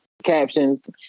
captions